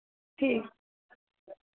ठीक